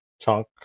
chunk